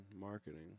marketing